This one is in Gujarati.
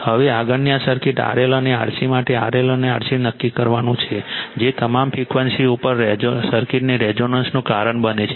હવે આગળની આ સર્કિટ RL અને RC માટે RL અને RC નક્કી કરવાનું છે જે તમામ ફ્રિક્વન્સીઝ ઉપર સર્કિટને રેઝોનન્સનું કારણ બને છે